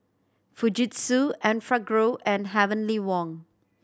Fujitsu Enfagrow and Heavenly Wang